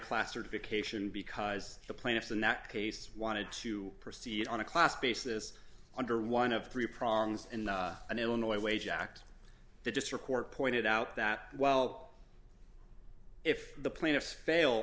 class certification because the plaintiffs in that case wanted to proceed on a class basis under one of three prongs and an illinois wage act that this report pointed out that well if the plaintiffs fail